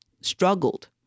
struggled